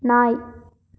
நாய்